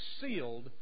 sealed